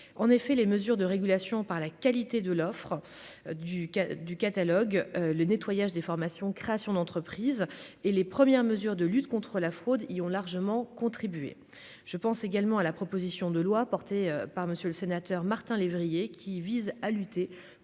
en effet, les mesures de régulation par la qualité de l'offre du cas du catalogue, le nettoyage des formations, créations d'entreprise et les premières mesures de lutte contre la fraude y ont largement contribué, je pense également à la proposition de loi portée par Monsieur le Sénateur, Martin lévrier qui vise à lutter